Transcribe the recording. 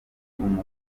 umukuru